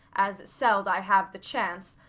as seld i have the chance,